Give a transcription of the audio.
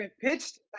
pitched